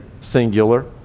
singular